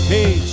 Hey